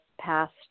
past